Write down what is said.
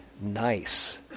nice